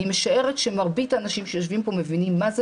אני משערת שמרבית ה אנשים שיושבים פה מבינים מה זה